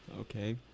Okay